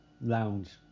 Lounge